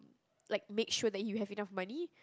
like make sure that you have enough money